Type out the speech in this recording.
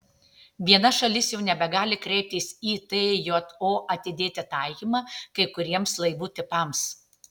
viena šalis jau nebegali kreiptis į tjo atidėti taikymą kai kuriems laivų tipams